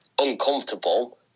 uncomfortable